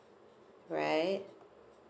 right